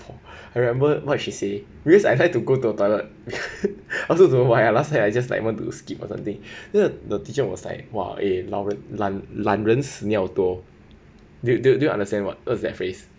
I remember what she say really I tend to go to the toilet I also don't know why I last time I just like you want to skip or something then the teacher was like !wah! eh 老人懒懒人屎尿多 do do do you understand what what is that phrase